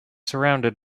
surrounded